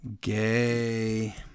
Gay